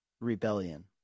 rebellion